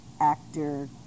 actor